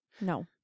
No